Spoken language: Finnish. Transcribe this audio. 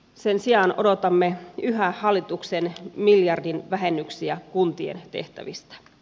sen sijaan odotamme yhä hallituksen miljardin vähennyksiä kuntien tehtävistä